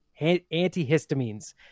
antihistamines